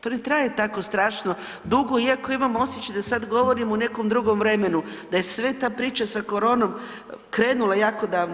To ne traje tako strašno dugo, iako imam osjećaj da sada govorim o nekom drugom vremenu, da je sva ta priča sa koronom krenula jako davno.